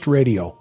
Radio